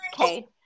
Okay